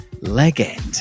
legend